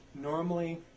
normally